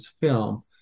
film